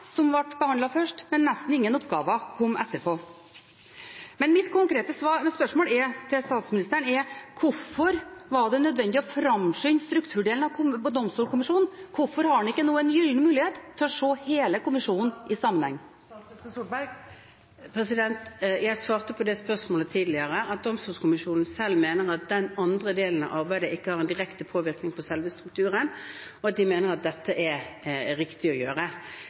som ble behandlet først, men nesten ingen oppgaver – de kom etterpå. Mitt konkrete spørsmål til statsministeren er: Hvorfor var det nødvendig å framskynde strukturdelen av Domstolkommisjonen? Hvorfor har en ikke nå en gyllen mulighet til å se hele kommisjonen i sammenheng? Jeg svarte på det spørsmålet tidligere, at Domstolkommisjonen selv mener at den andre delen av arbeidet ikke har noen direkte påvirkning på selve strukturen, og at de mener at dette er riktig å gjøre.